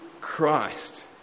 Christ